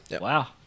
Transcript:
Wow